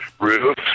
roof